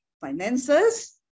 finances